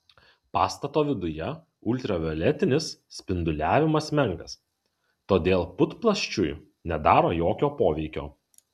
pastato viduje ultravioletinis spinduliavimas menkas todėl putplasčiui nedaro jokio poveikio